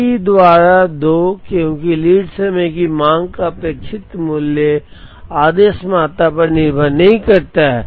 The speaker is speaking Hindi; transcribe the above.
C द्वारा 2 क्योंकि लीड समय की मांग का अपेक्षित मूल्य आदेश मात्रा पर निर्भर नहीं करता है